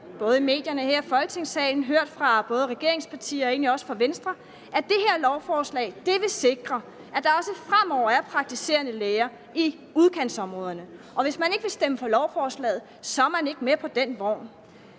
både i medierne og her i Folketingssalen, hørt fra både regeringspartier og egentlig også fra Venstre, at det her lovforslag vil sikre, at der også fremover er praktiserende læger i udkantsområderne, og at man, hvis man ikke vil stemme for lovforslaget, så ikke er med på den vogn.